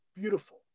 beautiful